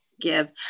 give